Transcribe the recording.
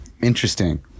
interesting